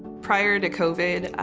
prior to covid,